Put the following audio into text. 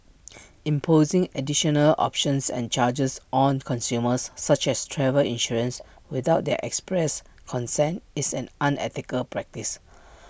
imposing additional options and charges on consumers such as travel insurance without their express consent is an unethical practice